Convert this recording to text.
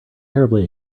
terribly